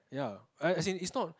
ya I as in it's not